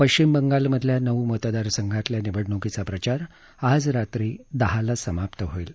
पश्चिम बंगालमधल्या नऊ मतदार संघातल्या निवडण्कीचा प्रचार आज रात्री दहाला समाप्त होईल